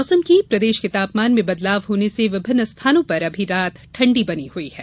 मौसम प्रदेश के तापमान में बदलाव होने से विभिन्न स्थानों पर अभी रात ठंडी बनी हई है